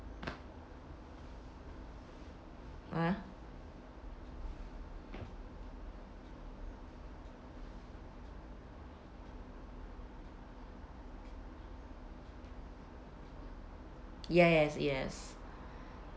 ah ya ya yes